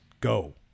go